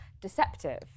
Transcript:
deceptive